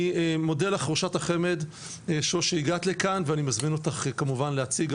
אני מודה לך ראשת החמ"ד שוש שהגעת לכאן ואני מזמין אותך כמובן גם להציג,